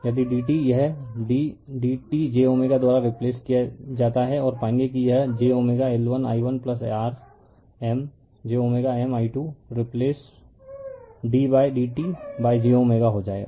यदि dt यह d dtj द्वारा रिप्लेस किया जाता है और पाएंगे कि यह j L1i1r M j M i 2 replace d by dt by j हो जाएगा